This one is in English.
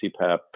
CPAP